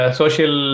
social